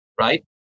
right